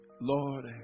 Lord